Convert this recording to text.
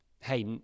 Hey